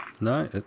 no